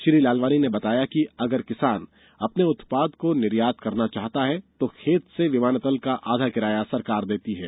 श्री लालवानी ने बताया कि अगर किसान अपने उत्पाद को निर्यात करना चाहता है तो खेत से विमानतल तक का आधा किराया सरकार देती है